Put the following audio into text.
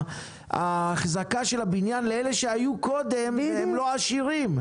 אחזקת הבניין לאלה שהיו קודם והם לא עשירים.